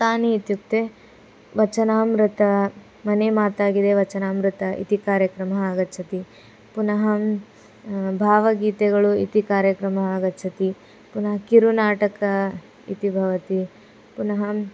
कानि इत्युक्ते वचनामृतं मने मातागिदे वचनामृतम् इति कार्यक्रमः आगच्छति पुनहं भावगीतेगळु इति कार्यक्रमः आगच्छति पुनः किरुनाटक इति भवति पुनहं